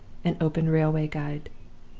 an open railway guide.